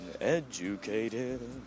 educated